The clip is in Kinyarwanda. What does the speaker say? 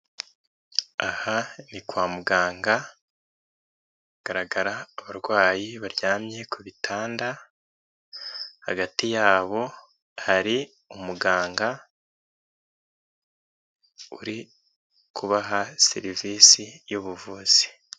Aha ni kwa muganga hagaragara abarwayi baryamye ku bitanda, hagati yabo hari umuganga uri kubaha serivisi y'ubuvuzi.